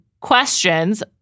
questions